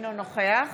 אינו נוכח